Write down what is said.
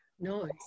no